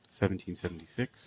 1776